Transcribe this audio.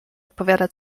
odpowiada